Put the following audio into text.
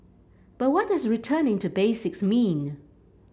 but what does returning to basics mean